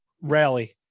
Rally